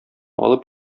алып